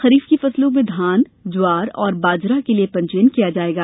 खरीफ की फसलों में धान ज्वार तथा बाजरा के लिए पंजीयन किया जाएगा